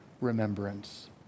remembrance